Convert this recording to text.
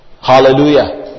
Hallelujah